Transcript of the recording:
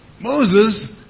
Moses